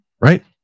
Right